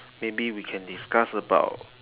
maybe we can discuss about